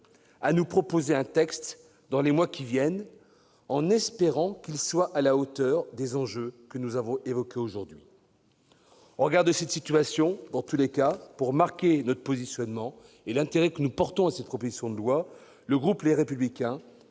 à nous proposer un texte dans les mois qui viennent, en espérant que celui-ci soit à la hauteur des enjeux que nous avons évoqués aujourd'hui. Au regard de cette situation, pour affirmer son positionnement et l'intérêt qu'il porte à cette proposition de loi, le groupe Les Républicains